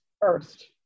first